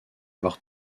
avoir